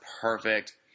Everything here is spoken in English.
perfect